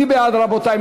מי בעד, רבותי?